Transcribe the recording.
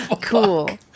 Cool